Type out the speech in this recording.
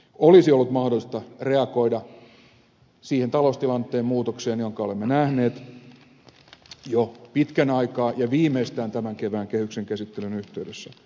olisi ollut mahdollista reagoida siihen taloustilanteen muutokseen jonka olemme nähneet jo pitkän aikaa ja viimeistään tämän kevään kehyksen käsittelyn yhteydessä